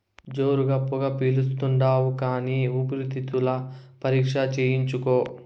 జోరుగా పొగ పిలిస్తాండావు కానీ ఊపిరితిత్తుల పరీక్ష చేయించుకో